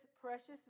precious